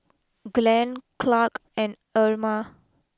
Glenn Clarke and Erma